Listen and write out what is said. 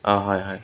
অঁ হয় হয়